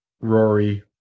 rory